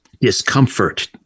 discomfort